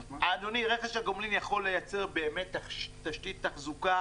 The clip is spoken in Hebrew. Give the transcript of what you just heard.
רכש הגומלין יכול לייצר תשתית תחזוקה